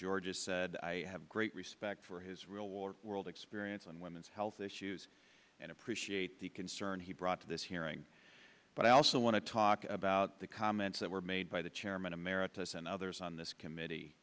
georgia said i have great respect for his real war world experience on women's health issues and appreciate the concern he brought to this hearing but i also want to talk about the comments that were made by the chairman emeritus and others on this committee